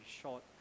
short